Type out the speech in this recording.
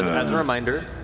as a reminder,